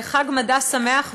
חג מדע שמח,